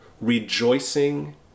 rejoicing